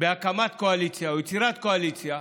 בהקמת קואליציה, או יצירת קואליציה,